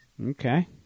Okay